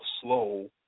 slow